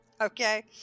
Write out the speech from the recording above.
Okay